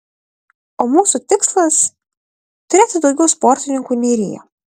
o mūsų tikslas turėti daugiau sportininkų nei rio